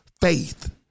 faith